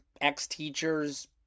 ex-teachers